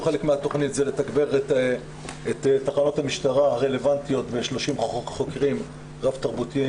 מהתכנית זה לתגבר את תחנות המשטרה הרלוונטיות ב-30 חוקרים רב תרבותיים,